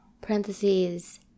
Parentheses